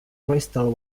trestle